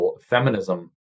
feminism